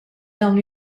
dawn